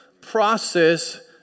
process